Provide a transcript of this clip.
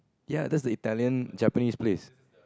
ya that's the Italian Japanese place